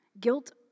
guilt